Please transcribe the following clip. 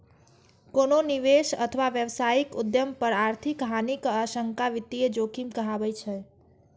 कोनो निवेश अथवा व्यावसायिक उद्यम पर आर्थिक हानिक आशंका वित्तीय जोखिम कहाबै छै